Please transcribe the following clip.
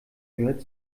gehört